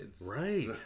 Right